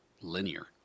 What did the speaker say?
linear